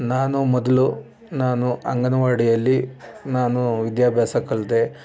ನಾನು ಮೊದಲು ನಾನು ಅಂಗನವಾಡಿಯಲ್ಲಿ ನಾನು ವಿದ್ಯಾಭ್ಯಾಸ ಕಲಿತೆ